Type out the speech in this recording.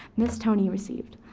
miss tony, received.